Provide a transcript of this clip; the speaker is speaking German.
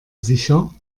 sicher